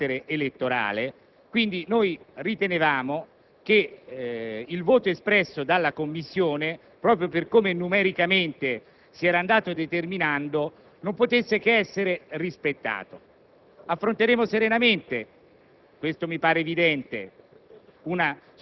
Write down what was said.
per tutto ciò che riguarda questioni di carattere elettorale: ritenevamo quindi che il voto espresso dalla Commissione, proprio per come numericamente si era andato determinando, non potesse che essere rispettato. Affronteremo serenamente,